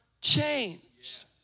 changed